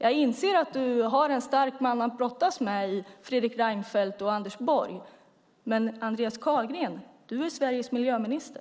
Jag inser att du har starka män att brottas med: Fredrik Reinfeldt och Anders Borg. Men, Andreas Carlgren, du är Sveriges miljöminister.